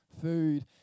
food